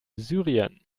syrien